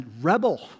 rebel